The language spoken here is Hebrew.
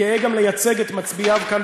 גאה גם לייצג את מצביעיו כאן,